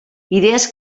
idees